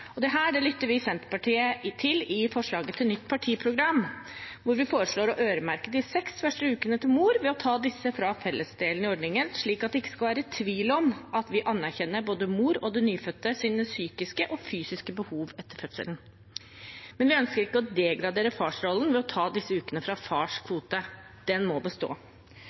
lytter vi i Senterpartiet til i forslaget til nytt partiprogram, hvor vi foreslår å øremerke de seks første ukene til mor ved å ta disse fra fellesdelen i ordningen, slik at det ikke skal være tvil om at vi anerkjenner både mors og den nyfødtes psykiske og fysiske behov etter fødselen. Men vi ønsker ikke å degradere farsrollen ved å ta disse ukene fra fars kvote – den må bestå.